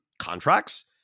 contracts